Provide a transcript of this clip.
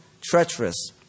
treacherous